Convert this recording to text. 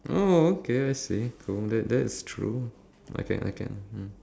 oh okay I see cool that that is true I can I can hmm